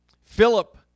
Philip